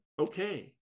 okay